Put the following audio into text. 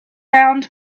round